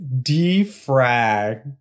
defrag